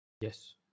Yes